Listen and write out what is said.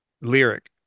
lyric